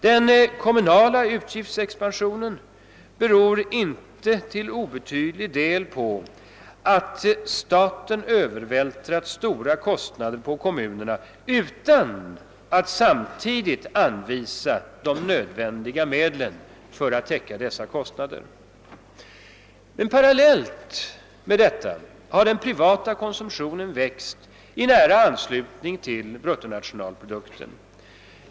Den kommunala utgiftsexpansionen beror till inte obetydlig del på att staten övervältrat stora kostnader på kommunerna utan att samtidigt anvisa de nödvändiga medlen för att täcka dessa kostnader. Parallellt med detta har den privata konsumtionen växt i nära anslutning till bruttonationalprodukten.